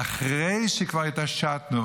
ואחרי שכבר התעשתנו,